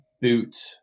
boot